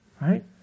Right